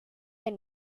del